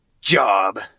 job